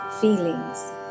feelings